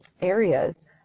areas